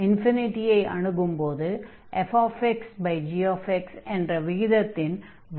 x ஐ அணுகும்போது fxgx என்ற விகிதத்தின் வரம்பை கணக்கிட வேண்டும்